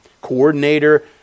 coordinator